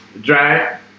dry